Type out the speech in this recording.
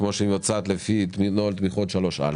כפי שמוצע לפי נוהל תמיכות לפי סעיף 3א,